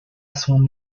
son